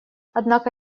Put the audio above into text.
однако